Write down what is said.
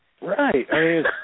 Right